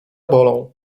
bolą